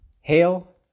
Hail